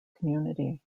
community